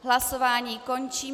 Hlasování končím.